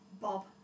Bob